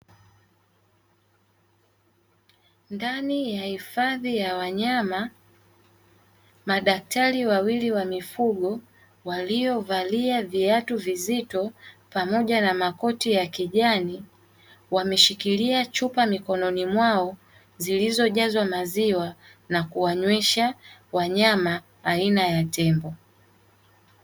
Ndani ya hifadhi ya wanyama, madaktari wawili wa mifugo waliovalia viatu vizito, pamoja na makoti ya kijani; wameshikilia chupa mikononi mwao zilizojazwa maziwa na kuwanywesha wanyama aina ya tembo.